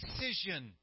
decision